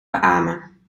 beamen